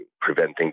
preventing